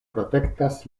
protektas